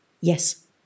Yes